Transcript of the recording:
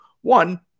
One